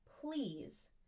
please